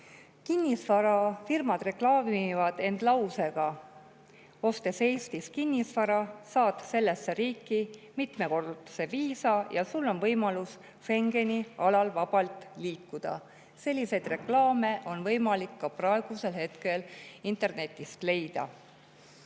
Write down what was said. Kinnisvarafirmad reklaamivad end lausega: "Ostes Eestis kinnisvara, saad sellesse riiki mitmekordse viisa ja sul on võimalus Schengeni alal vabalt liikuda." Selliseid reklaame on võimalik ka praegusel hetkel internetist leida.